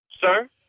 Sir